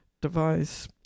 device